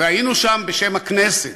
והיינו שם בשם הכנסת,